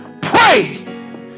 Pray